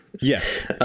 Yes